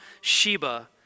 Sheba